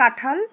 কাঁঠাল